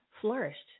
flourished